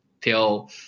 till